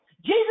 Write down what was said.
Jesus